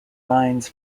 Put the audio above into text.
lines